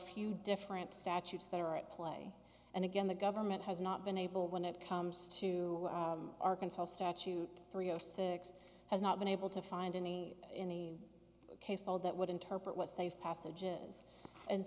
few different statutes that are at play and again the government has not been able when it comes to arkansas statute three o six has not been able to find any in the case all that would interpret was those passages and